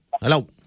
Hello